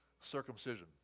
circumcision